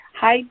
Hi